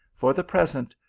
for the pres ent,